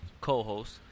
Co-host